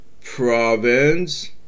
province